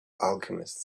alchemist